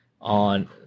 on